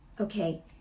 Okay